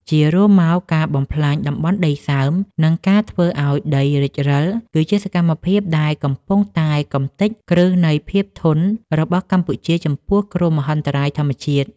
ជារួមមក ការបំផ្លាញតំបន់ដីសើម និងការធ្វើឱ្យដីរិចរឹល គឺជាសកម្មភាពដែលកំពុងតែកម្ទេចគ្រឹះនៃភាពធន់របស់កម្ពុជាចំពោះគ្រោះមហន្តរាយធម្មជាតិ។